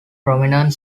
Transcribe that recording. prominent